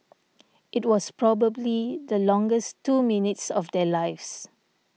it was probably the longest two minutes of their lives